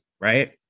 right